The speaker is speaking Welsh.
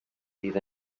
bydd